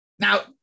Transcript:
Now